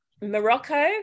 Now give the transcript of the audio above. Morocco